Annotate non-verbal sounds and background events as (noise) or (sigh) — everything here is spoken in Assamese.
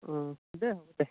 অ' দে (unintelligible)